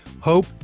hope